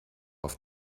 auf